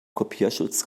kopierschutz